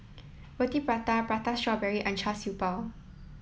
Roti Prata Prata Strawberry and Shar Siew Bao